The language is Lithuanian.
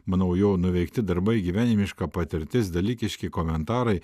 manau jo nuveikti darbai gyvenimiška patirtis dalykiški komentarai